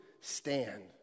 stand